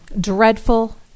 dreadful